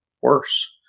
worse